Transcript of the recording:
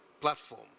platform